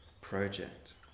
project